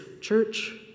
church